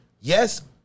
yes